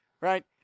right